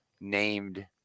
named